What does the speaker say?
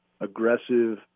aggressive